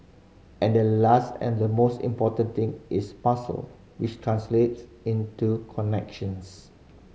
and the last and the most important thing is muscle which translate into connections